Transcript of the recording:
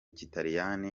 kilatini